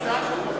איסור הפליה),